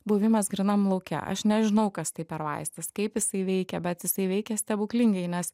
buvimas grynam lauke aš nežinau kas tai per vaistas kaip jisai veikia bet jisai veikia stebuklingai nes